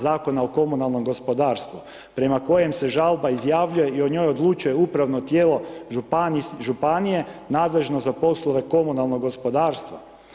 Zakona o komunalnom gospodarstvu, prema kojem se žalba izjavljuje i o njoj odlučuje upravno tijelo Županije, nadležno za poslove komunalnog gospodarstva.